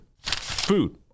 food